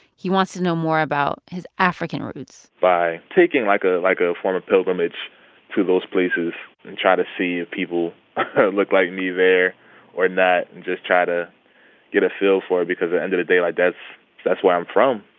he wants to know more about his african roots by taking, like, ah a form of pilgrimage to those places and try to see if people look like me there or not and just try to get a feel for it because at the end of the day, like that's that's where i'm from.